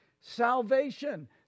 salvation